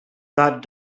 that